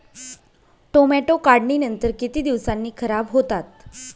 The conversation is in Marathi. टोमॅटो काढणीनंतर किती दिवसांनी खराब होतात?